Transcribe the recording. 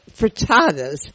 frittatas